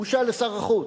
בושה לשר החוץ.